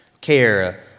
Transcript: care